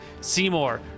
Seymour